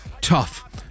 tough